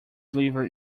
deliver